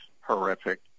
horrific